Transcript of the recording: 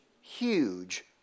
huge